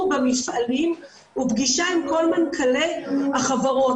במפעלים ופגישה עם כל מנכ"לי החברות.